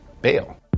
bail